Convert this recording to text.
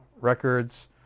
records